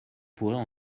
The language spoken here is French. pourrait